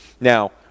Now